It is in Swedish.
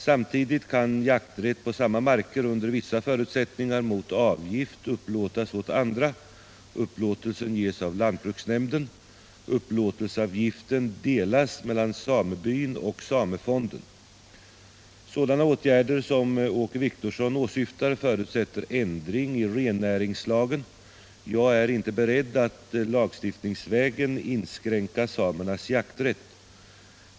Samtidigt kan jakträtt på samma marker under vissa förutsättningar mot avgift upplåtas åt andra. Upplåtelsen ges av lantbruksnämnden. Upplåtelseavgiften delas mellan samebyn och samefonden. Sådana åtgärder som Åke Wictorsson åsyftar förutsätter ändring i rennäringslagen. Jag är inte beredd att lagstiftningsvägen inskränka samernas jakträtt.